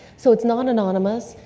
so it's not anonymous,